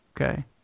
Okay